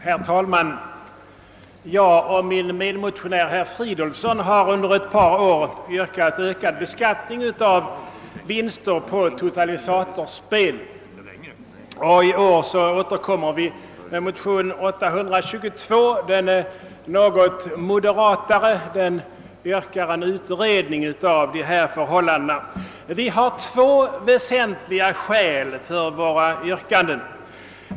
Herr talman! Jag och min medmotionär, herr Fridolfsson, har under ett par år yrkat på en ökad beskattning av vinster på totalisatorspel. I år återkommer vi med motion II: 822. Den är något mer moderat och yrkar på en utredning av dessa förhållanden. Vi har två väsentliga skäl för våra yrkanden.